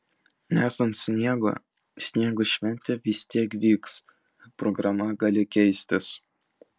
nesant sniego sniego šventė vis tiek vyks programa gali keistis